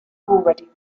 already